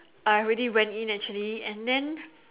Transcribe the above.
I already went in actually and then